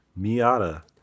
Miata